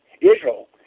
Israel